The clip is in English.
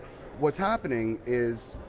what's happening is,